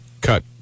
cut